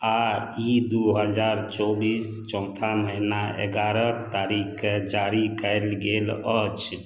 आओर ई दुइ हजार चौबिस चौथा महिना एगारह तारीखकेँ जारी कएल गेल अछि